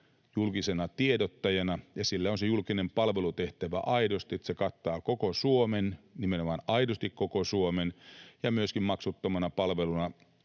julkisena tiedottajana, ja sillä on aidosti se julkinen palvelutehtävä, että se kattaa koko Suomen, nimenomaan aidosti koko Suomen, ja myöskin lähtökohtaisesti maksuttomana palveluna.